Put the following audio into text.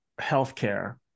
healthcare